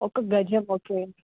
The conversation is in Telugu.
ఒక గజం ఓకే